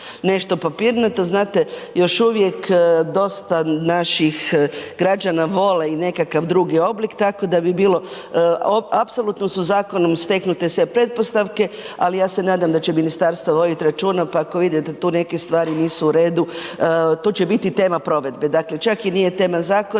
nešto papirnato, znate, još uvijek dosta naših građana vole i nekakav drugi oblik tako da bi bilo, apsolutno su zakonom steknute sve pretpostavke ali ja se nadam da će ministarstvo voditi računa pa ako vidite da tu neke stvari nisu u redu, to će biti tema provedbe, dakle čak i nije tema zakona